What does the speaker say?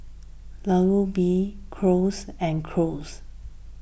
Alu Gobi Gyros and Gyros